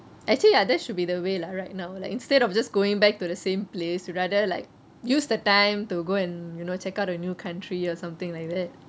actually ya that should be the way lah right now like instead of just going back to the same place rather like use the time to go and you know check out a new country or something like that